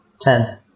Ten